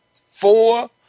four